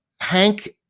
hank